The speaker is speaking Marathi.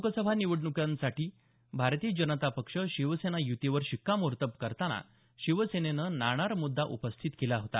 लोकसभा निवडण्कांसाठी भारतीय जनता पक्ष शिवसेना युतीवर शिक्कामोर्तब करताना शिवसेनेनं नाणार मुद्दा उपस्थित केला होता